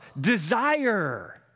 desire